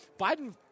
Biden